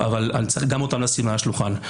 אבל צריך גם אותם לשים על השולחן.